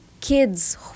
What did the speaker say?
kids